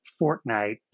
Fortnite